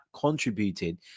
contributed